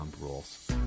Rules